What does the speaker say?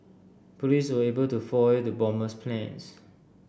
police were able to foil the bomber's plans